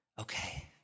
okay